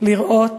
לראות